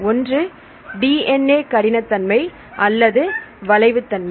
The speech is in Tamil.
ஒன்று DNA கடினத்தன்மை அல்லது வளைவு தன்மை